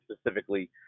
specifically